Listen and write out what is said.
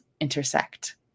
intersect